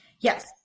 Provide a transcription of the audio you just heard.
Yes